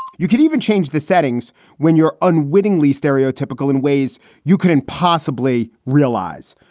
you can even change the settings when you're unwittingly stereotypical in ways you couldn't possibly realize.